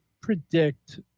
predict